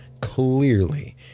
clearly